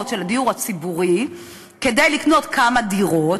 של הדיור הציבורי כדי לקנות כמה דירות,